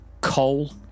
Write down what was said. coal